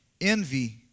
Envy